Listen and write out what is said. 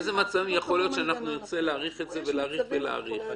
באיזה מצבים יכול להיות שאנחנו נרצה להאריך את זה ולהאריך ולהאריך?